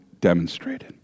demonstrated